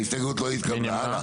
ההסתייגות לא התקבלה.